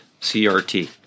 CRT